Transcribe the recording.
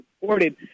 reported